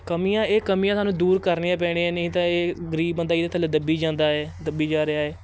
ਕਮੀਆਂ ਇਹ ਕਮੀਆਂ ਸਾਨੂੰ ਦੂਰ ਕਰਨੀਆਂ ਪੈਣੀਆਂ ਨਹੀਂ ਤਾਂ ਇਹ ਗਰੀਬ ਬੰਦਾ ਇਹਦੇ ਥੱਲੇ ਦੱਬੀ ਜਾਂਦਾ ਏ ਦੱਬੀ ਜਾ ਰਿਹਾ ਏ